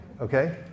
okay